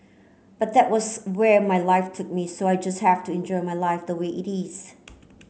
but that was where my life took me so I just have to enjoy my life the way it is